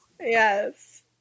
Yes